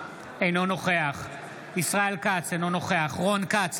אינו נוכח ישראל כץ, אינו נוכח רון כץ,